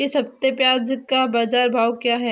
इस हफ्ते प्याज़ का बाज़ार भाव क्या है?